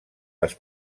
les